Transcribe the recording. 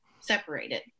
separated